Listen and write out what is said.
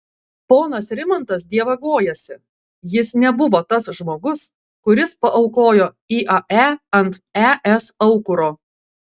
ponas rimantas dievagojasi jis nebuvo tas žmogus kuris paaukojo iae ant es aukuro